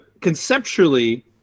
conceptually